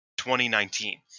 2019